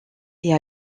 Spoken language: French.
est